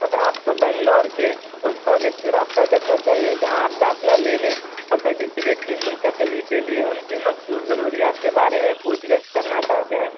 اگر آپ کو بینگلور کے اس کالج سے رابطہ کرنا چاہیے جہاں آپ داخلہ لینے اور سرٹیفکٹ کی منتقلی کے لیے ان کی مخصوص ضروریات کے بارے میں پوچھ گچھ کرنا چاہتے ہیں